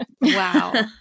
Wow